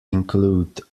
include